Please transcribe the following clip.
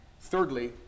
thirdly